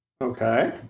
Okay